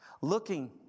Looking